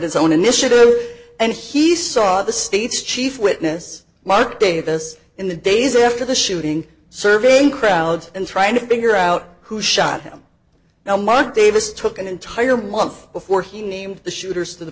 his own initiative and he saw the state's chief witness mark davis in the days after the shooting surveying crowds and trying to figure out who shot him now mark davis took an entire month before he named the shooters to the